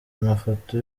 amafoto